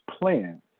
plan